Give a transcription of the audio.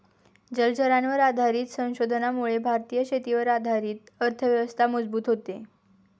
जलचरांवर आधारित संशोधनामुळे भारतीय शेतीवर आधारित अर्थव्यवस्था मजबूत होते